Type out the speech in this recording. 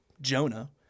Jonah